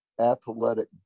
athletic